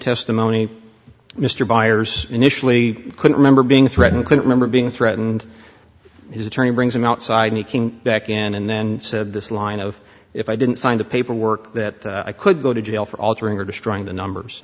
testimony mr byers initially couldn't remember being threatened couldn't remember being threatened his attorney brings him outside making back in and then said this line of if i didn't sign the paperwork that i could go to jail for altering or destroying the numbers